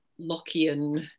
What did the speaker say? Lockean